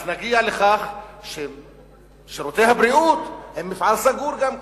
אז נגיע לכך ששירותי הבריאות הם מפעל סגור גם כן.